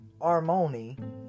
Armoni